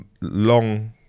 long